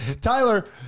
Tyler